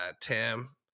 Tim